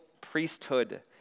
priesthood